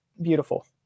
beautiful